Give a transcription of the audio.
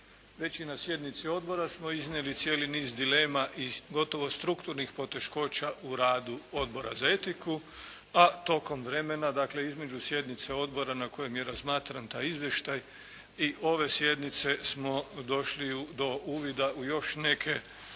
Već i na sjednici odbora smo iznijeli cijeli niz dilema i gotovo strukturnih poteškoća u radu Odbora za etiku, a tokom vremena dakle između sjednica odbora na kojem je razmatran taj izvještaj i ove sjednice smo došli do uvida u još neke